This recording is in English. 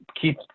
keep